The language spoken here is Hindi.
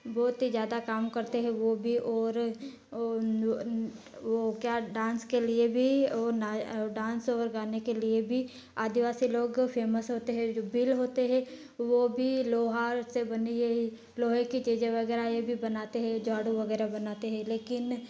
बहुत ही ज्यादा काम करते हैं वो भी और ओ वो क्या डांस के लिए भी वो ना डांस और गाने के लिए भी आदिवासी लोग फेमस होते हैं जो बिल होते है वो भी लोहार से बनी लोहे की चीजें वगैरह ये भी बनाते हैं झाड़ू वगैरह बनाते हैं लेकिन